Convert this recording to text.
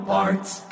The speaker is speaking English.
Parts